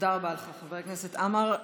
תודה רבה לך, חבר הכנסת עמאר.